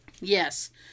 Yes